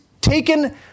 taken